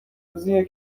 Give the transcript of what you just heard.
روزیه